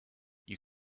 you